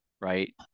right